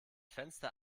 fenster